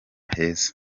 heza